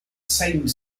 same